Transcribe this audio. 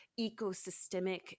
ecosystemic